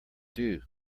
due